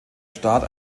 start